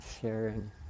sharing